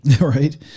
Right